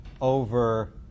over